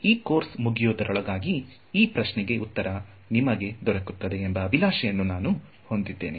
ಈ ಕೋರ್ಸ್ ಮುಗಿಯುವುದರೊಳಗಾಗಿ ಈ ಪ್ರಶ್ನೆಗೆ ಉತ್ತರ ನಿಮಗೆ ದೊರಕುತ್ತದೆ ಎಂಬ ಅಭಿಲಾಷೆಯನ್ನು ನಾನು ಹೊಂದಿದ್ದೇನೆ